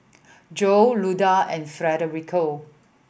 Joel Luda and Federico